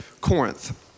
Corinth